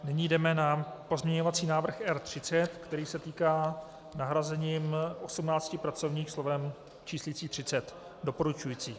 Nyní jdeme na pozměňovací návrh R30, který se týká nahrazením osmnácti pracovních slovem číslicí 30. Doporučující.